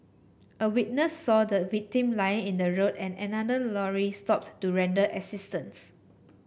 a witness saw the victim lying in the road and another lorry stopped to render assistance